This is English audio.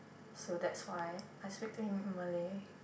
so that's why I speak to him in Malay